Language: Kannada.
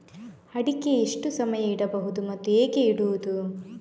ಅಡಿಕೆ ಎಷ್ಟು ಸಮಯ ಇಡಬಹುದು ಮತ್ತೆ ಹೇಗೆ ಇಡುವುದು?